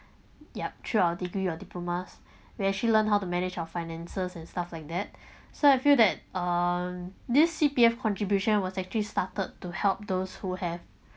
yup through our degree or diplomas we actually learnt how to manage our finances and stuff like that so I feel that um this C_P_F contribution was actually started to help those who have